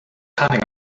cunning